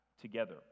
together